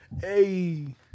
Hey